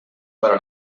para